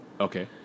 Okay